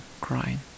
crying